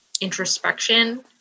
introspection